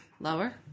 Lower